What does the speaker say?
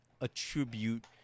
attribute